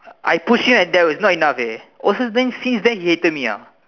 I push him and that was not enough eh oh so then since the he hated me ah